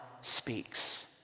speaks